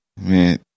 Man